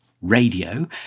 radio